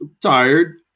tired